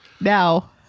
now